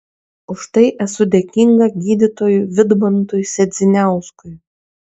už tai esu dėkinga gydytojui vidmantui sedziniauskui